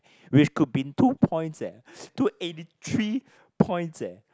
which could be two points eh dude eighty three points eh